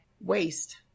Waste